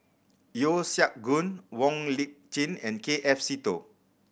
Yeo Siak Goon Wong Lip Chin and K F Seetoh